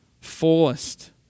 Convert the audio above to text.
fullest